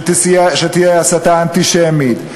שתהיה הסתה אנטישמית?